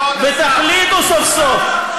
ותחליטו סוף-סוף,